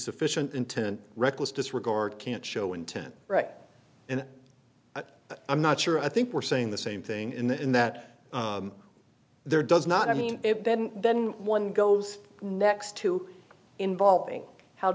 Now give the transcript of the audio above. sufficient intent reckless disregard can't show intent right and i'm not sure i think we're saying the same thing in the in that there does not i mean then then one goes next to involving how